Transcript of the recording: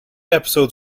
episodes